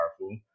powerful